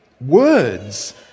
words